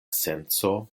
senco